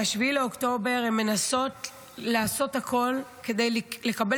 מ-7 באוקטובר הן מנסות לעשות הכול כדי לקבל